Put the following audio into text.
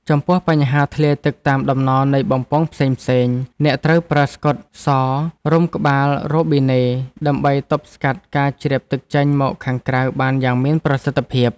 ចំពោះបញ្ហាលេចធ្លាយទឹកតាមដំណនៃបំពង់ផ្សេងៗ អ្នកត្រូវប្រើស្កុតសរុំក្បាលរ៉ូប៊ីណេដើម្បីទប់ស្កាត់ការជ្រាបទឹកចេញមកខាងក្រៅបានយ៉ាងមានប្រសិទ្ធភាព។